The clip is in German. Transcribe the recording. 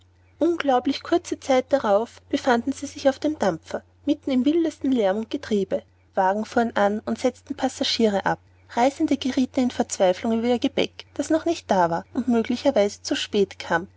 unglaublich kurze zeit darauf befanden sie sich auf dem dampfer mitten im wildesten lärm und getriebe wagen fuhren an und setzten passagiere ab reisende gerieten in verzweiflung über ihr gepäck das noch nicht da war und möglicherweise zu spät kam